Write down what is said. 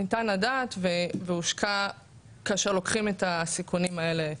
ניתן לדעת והושקע כאשר לוקחים את הסיכונים האלה בחשבון.